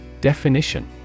Definition